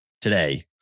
today